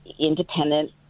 independent